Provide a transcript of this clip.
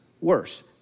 worse